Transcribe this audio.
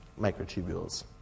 microtubules